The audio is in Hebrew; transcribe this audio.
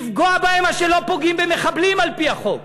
לפגוע בהם, מה שלא פוגעים במחבלים על-פי החוק.